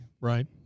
right